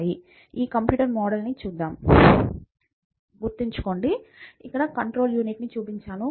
ఈ computer model ని గుర్తుంచుకోండి నేను కంట్రోల్ యూనిట్ని చూపించాను